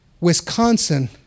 Wisconsin